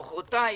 מוחרתיים,